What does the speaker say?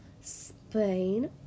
Spain